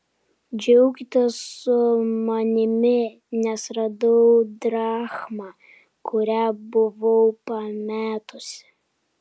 džiaukitės su manimi nes radau drachmą kurią buvau pametusi